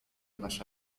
nasza